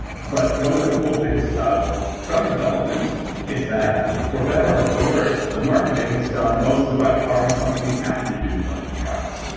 but one of the cool things about drug development is that, for better or for worse, the marketing is done mostly by the pharma companies after you do clinical trials,